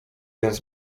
więc